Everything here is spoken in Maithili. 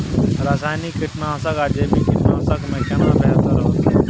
रसायनिक कीटनासक आ जैविक कीटनासक में केना बेहतर होतै?